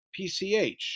PCH